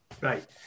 Right